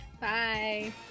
Bye